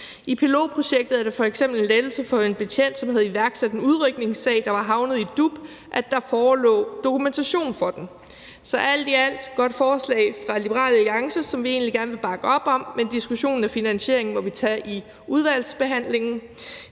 I pilotprojektet var det f.eks. en lettelse for en betjent, som havde afstedkommet en udrykningssag, der var havnet i DUP, at der forelå dokumentation for den. Så alt i alt er det et godt forslag fra Liberal Alliance, som vi egentlig gerne vil bakke op om, men diskussionen af finansieringen må vi tage i udvalgsarbejdet.